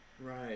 right